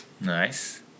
nice